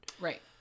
Right